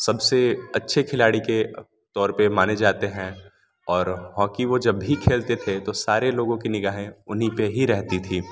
सब से अच्छे खेलाड़ी के तौर पर माने जाते हैं और हॉकी वो जब भी खेलते थे तो सारे लोगों की निगाहें उन्ही पर ही रहती थी